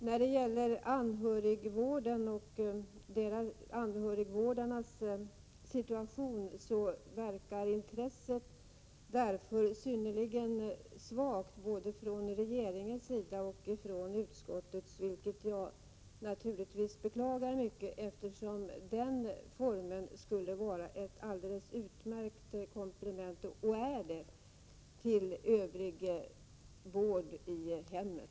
När det gäller anhörigvården och anhörigvårdarnas situation verkar intresset synnerligen svagt både från regeringens sida och från utskottets sida, vilket jag naturligtvis beklagar. Den formen av vård skulle vara ett alldeles utmärkt komplement till övrig vård i hemmet.